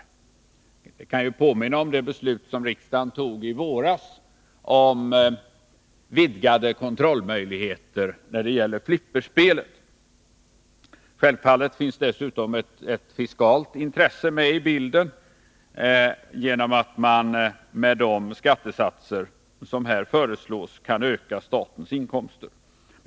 Jag kan i det sammanhanget påminna om det beslut som riksdagen fattade i våras om vidgade kontrollmöjligheter när det gäller flipperspel. Självfallet finns dessutom ett fiskalt intresse med i bilden genom att man med de föreslagna skattesatserna kan öka statens inkomster.